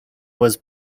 was